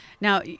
now